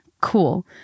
cool